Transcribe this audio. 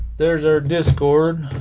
there's our discord